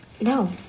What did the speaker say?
No